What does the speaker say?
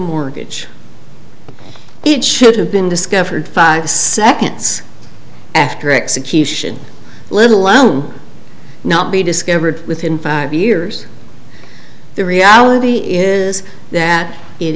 mortgage it should have been discovered five seconds after execution let alone not be discovered within five years the reality is that it